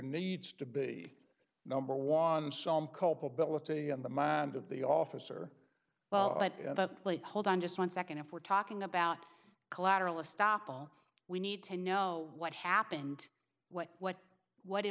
needs to be number one some culpability in the minds of the officer well but hold on just one second if we're talking about collateral estoppel we need to know what happened what what what it